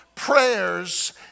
Prayers